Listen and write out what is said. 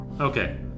Okay